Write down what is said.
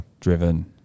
driven